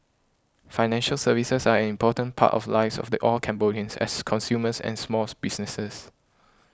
financial services are an important part of lives of the all Cambodians as consumers and smalls businesses